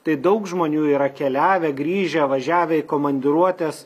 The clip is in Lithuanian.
tai daug žmonių yra keliavę grįžę važiavę į komandiruotes